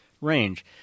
range